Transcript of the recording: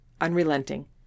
unrelenting